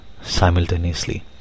simultaneously